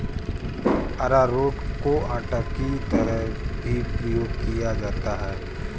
अरारोट को आटा की तरह भी प्रयोग किया जाता है